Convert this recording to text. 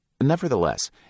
Nevertheless